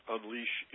Unleash